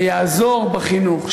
ויעזור בחינוך,